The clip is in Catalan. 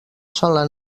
sola